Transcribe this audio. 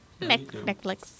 Netflix